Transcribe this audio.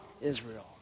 Israel